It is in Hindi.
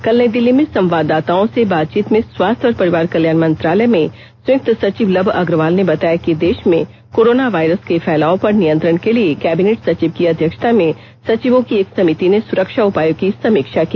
कल नई दिल्ली में संवाददाताओं से बातचीत में स्वास्थ्य और परिवार कल्याण मंत्रालय में संयुक्त सचिव लव अग्रवाल ने बताया कि देश में कोरोना वायरस के फैलाव पर नियंत्रण के लिए कैबिनेट सचिव की अध्यक्षता में सचिवों की एक समिति ने सुरक्षा उपायों की समीक्षा की